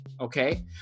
Okay